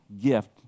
gift